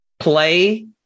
play